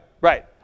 right